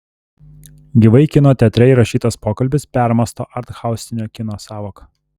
gyvai kino teatre įrašytas pokalbis permąsto arthausinio kino sąvoką